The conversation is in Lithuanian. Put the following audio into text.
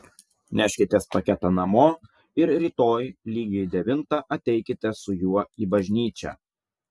neškitės paketą namo ir rytoj lygiai devintą ateikite su juo į bažnyčią